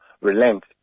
relent